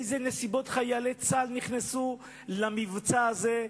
באילו נסיבות חיילי צה"ל נכנסו למבצע הזה,